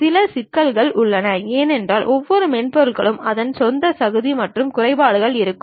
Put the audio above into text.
சில சிக்கல்களும் உள்ளன ஏனென்றால் ஒவ்வொரு மென்பொருளுக்கும் அதன் சொந்த தகுதி மற்றும் குறைபாடுகள் உள்ளன